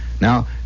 Now